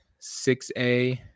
6A